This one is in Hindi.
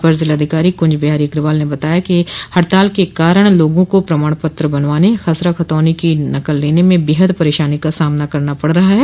अपर जिलाधिकारी कुंज बिहारी अग्रवाल ने बताया कि हड़ताल के कारण लोगों को प्रमाण पत्र बनवाने खसरा खतौनी की नकल लेने में बेहद परेशानी का सामना करना पड़ रहा है